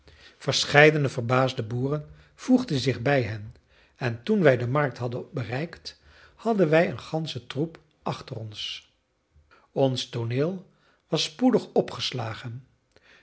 verscheidene verbaasde boeren voegden zich bij hen en toen wij de markt hadden bereikt hadden wij een ganschen troep achter ons ons tooneel was spoedig opgeslagen